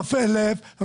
לרופא לב,